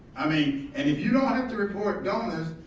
i mean, and if you don't have to report donors,